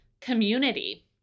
community